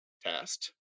test